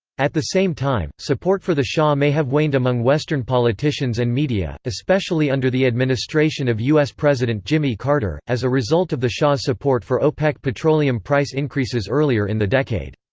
at the same time, support for the shah may have waned among western politicians and media especially under the administration of u s. president jimmy carter as a result of the shah's support for opec petroleum price increases earlier in the decade.